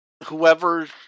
whoever's